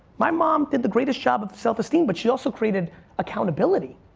my mom did the greatest job of self-esteem but she also created accountability.